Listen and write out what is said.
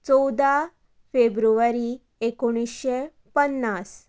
चवदा फेब्रुवारी एकोणिशें पन्नास